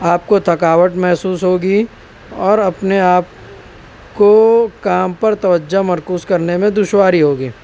آپ کو تھکاوٹ محسوس ہوگی اور اپنے آپ کو کام پر توجہ مرکوز کرنے میں دشواری ہوگی